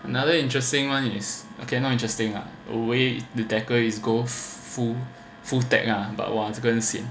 another interesting [one] is okay not interesting ah a way to decorate is go full full tap ah but !wah! 这个很 sian